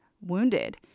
wounded